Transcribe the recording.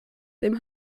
dem